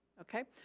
okay?